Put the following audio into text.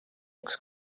üks